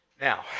Now